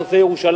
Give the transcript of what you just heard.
על נושא ירושלים.